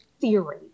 theory